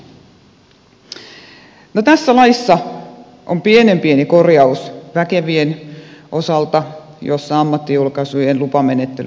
tässä laissa on pienen pieni korjaus väkevien osalta jossa ammattijulkaisujen lupamenettely poistetaan